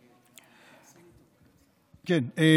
תודה רבה.